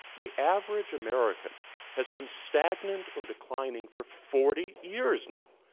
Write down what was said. the average american has been stagnant or declining for forty years now,